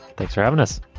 thanks for having us.